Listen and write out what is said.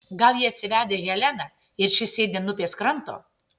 gal jie atsivedę heleną ir ši sėdi ant upės kranto